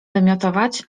wymiotować